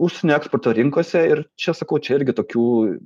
užsienio eksporto rinkose ir čia sakau čia irgi tokių